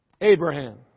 Abraham